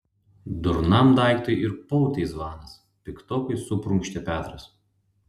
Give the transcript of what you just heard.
durnam daiktui ir pautai zvanas piktokai suprunkštė petras